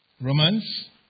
Romans